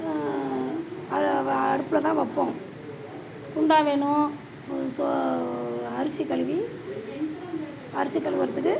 அதை அடுப்பில் தான் வைப்போம் குண்டான் வேணும் அரிசி கழுவி அரிசி கழுவுறத்துக்கு